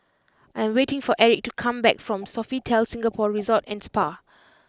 I am waiting for Erik to come back from Sofitel Singapore Resort and Spa